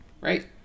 Right